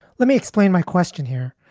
let me explain my question here.